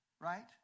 right